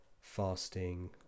fasting